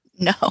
No